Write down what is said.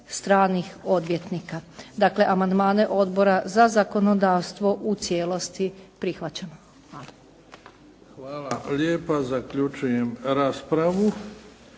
Hvala.